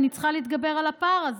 אני צריכה להתגבר על הפער הזה.